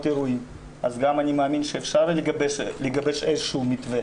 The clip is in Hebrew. אירועים אז אני מאמין שגם אפשר לגבש איזשהו מתווה